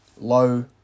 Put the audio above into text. low